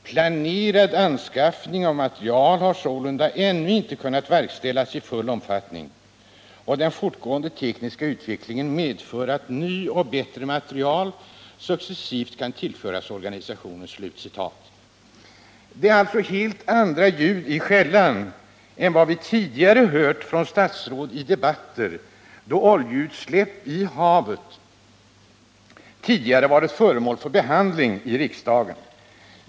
Planerad anskaffning av materiel har sålunda ännu inte kunnat verkställas i full omfattning, och den fortgående tekniska utvecklingen medför att ny och bättre materiel successivt kan tillföras organisationen.” 5 Det är alltså helt andra ljud i skällan än vad vi tidigare hört från statsrådet i debatter då oljeutsläpp i havet varit föremål för behandling i riksdagen.